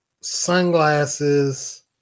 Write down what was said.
sunglasses